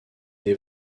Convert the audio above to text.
des